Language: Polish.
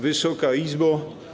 Wysoka Izbo!